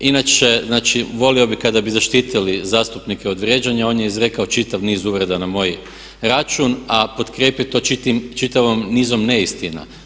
Inače znači volio bih kada bi zaštitili zastupnike od vrijeđanja, on je izrekao čitav niz uvreda na moj račun a potkrijepio to čitavim nizom neistina.